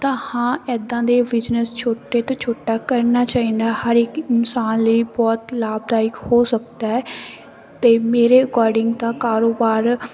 ਤਾਂ ਹਾਂ ਇੱਦਾਂ ਦੇ ਬਿਜਨਸ ਛੋਟੇ ਤੋਂ ਛੋਟਾ ਕਰਨਾ ਚਾਹੀਦਾ ਹਰ ਇਕ ਇਨਸਾਨ ਲਈ ਬਹੁਤ ਲਾਭਦਾਇਕ ਹੋ ਸਕਦਾ ਹੈ ਅਤੇ ਮੇਰੇ ਅਕੋਰਡਿੰਗ ਤਾਂ ਕਾਰੋਬਾਰ